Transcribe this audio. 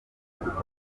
gukomeza